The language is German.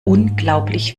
unglaublich